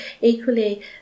equally